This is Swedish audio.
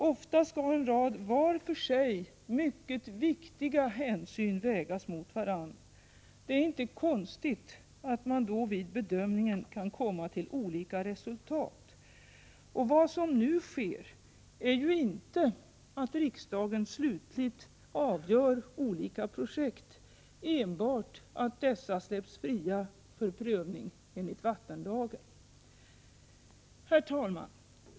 Ofta skall en rad var för sig mycket viktiga hänsyn vägas mot varandra. Det är inte konstigt att man då vid bedömningen kan komma till olika resultat. Vad som nu sker är ju inte att riksdagen slutligt avgör olika projekt, enbart att dessa släpps fria för prövning enligt vattenlagen. Herr talman!